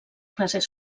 classes